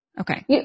Okay